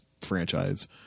franchise